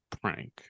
prank